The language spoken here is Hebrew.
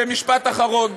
ומשפט אחרון: